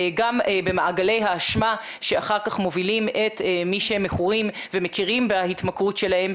גם במעגלי האשמה שאחר כך מובילים את מי שמכורים ומכירים בהתמכרות שלהם,